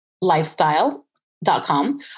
lifestyle.com